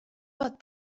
but